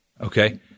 Okay